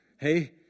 Hey